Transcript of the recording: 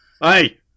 hey